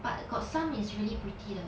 but got some is really pretty 的